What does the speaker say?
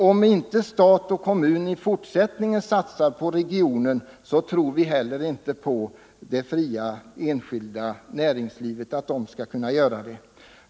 Om inte stat och kommun i fortsättningen satsar på regionen, tror vi inte heller på att det fria enskilda näringslivet skall kunna göra det.